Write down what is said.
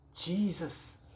Jesus